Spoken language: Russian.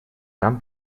там